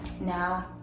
Now